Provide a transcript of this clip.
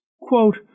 quote